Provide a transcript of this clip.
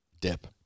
dip